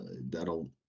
that'll